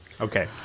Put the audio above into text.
Okay